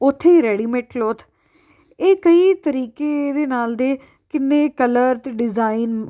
ਉੱਥੇ ਹੀ readymade cloth ਇਹ ਕਈ ਤਰੀਕੇ ਇਹਦੇ ਨਾਲ ਦੇ ਕਿੰਨੇ ਕਲਰ ਅਤੇ ਡਿਜ਼ਾਇਨ